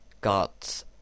got